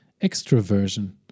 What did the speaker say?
Extroversion